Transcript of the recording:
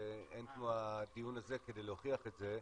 ואין כמו הדיון הזה כדי להוכיח את זה.